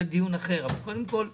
אבל יש